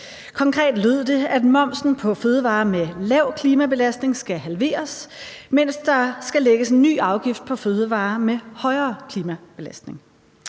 Konkret lød det, at momsen på fødevarer med lav klimabelastning skal halveres, mens der skal lægges en ny afgift på fødevarer med højere klimabelastning.